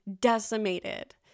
decimated